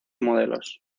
modelos